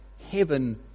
heaven